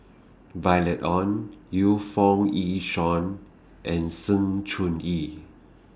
Violet Oon Yu Foo Yee Shoon and Sng Choon Yee